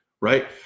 right